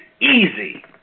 easy